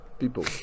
People